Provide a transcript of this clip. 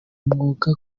mwuga